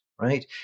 right